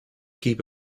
keep